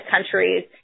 countries